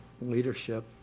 leadership